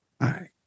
right